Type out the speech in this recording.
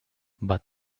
but